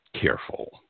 careful